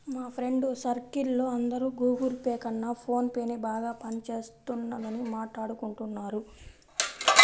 మా friends circle లో అందరూ గుగుల్ పే కన్నా ఫోన్ పేనే బాగా పని చేస్తున్నదని మాట్టాడుకుంటున్నారు